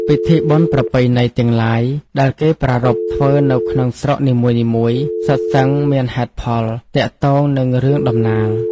ពិធីបុណ្យប្រពៃណីទាំងឡាយ ដែលគេប្រារព្ធធ្វើនៅក្នុងស្រុកនីមួយៗ សុទ្ធសឹងមានហេតុផល ទាក់ទងនឹងរឿងដំណាល ។